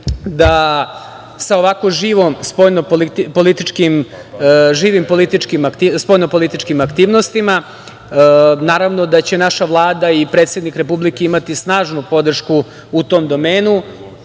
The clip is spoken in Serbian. sa ovako živim spoljnopolitičkim aktivnostima. Naravno da će naša Vlada i predsednik Republike imati snažnu podršku u tom domenu